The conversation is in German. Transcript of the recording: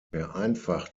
vereinfacht